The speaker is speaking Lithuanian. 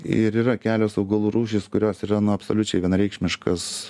ir yra kelios augalų rūšys kurios yra absoliučiai vienareikšmiškas